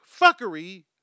fuckery